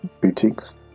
Boutiques